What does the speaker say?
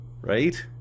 Right